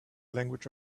language